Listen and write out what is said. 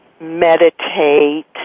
meditate